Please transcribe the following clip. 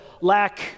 lack